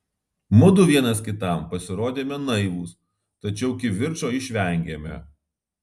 mudu vienas kitam pasirodėme naivūs tačiau kivirčo išvengėme